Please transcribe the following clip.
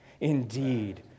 Indeed